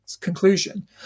conclusion